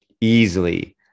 easily